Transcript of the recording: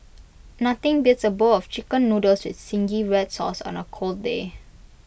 nothing beats A bowl of Chicken Noodles with Zingy Red Sauce on A cold day